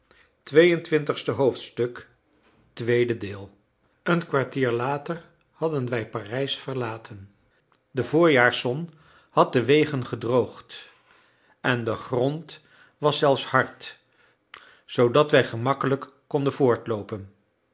een kwartier later hadden wij parijs verlaten de voorjaarszon had de wegen gedroogd en de grond was zelfs hard zoodat wij gemakkelijk konden voortloopen